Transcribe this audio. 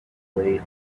weigh